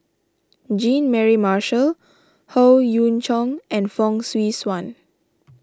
Jean Mary Marshall Howe Yoon Chong and Fong Swee Suan